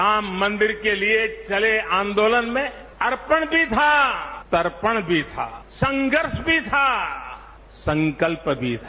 राम मंदिर के लिए चले आंदोलन में अर्पण भी था तर्पण भी था संघर्ष भी था संकल्प भी था